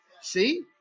See